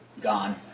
gone